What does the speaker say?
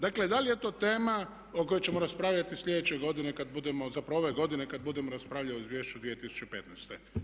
Dakle, da li je to tema o kojoj ćemo raspravljati sljedeće godine kad budemo, zapravo ove godine kad budemo raspravljali o Izvješću za 2015.